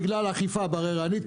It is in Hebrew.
בגלל אכיפה בררנית,